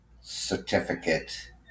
certificate